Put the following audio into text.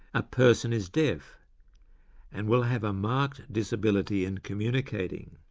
a person is deaf and will have a marked disability in communicating.